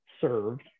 served